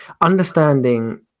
understanding